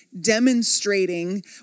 demonstrating